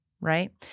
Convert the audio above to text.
right